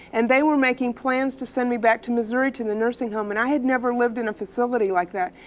and they were making plans to send me back to missouri to a nursing home, and i had never lived in a facility like that.